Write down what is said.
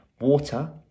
water